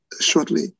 shortly